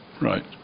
Right